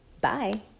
Bye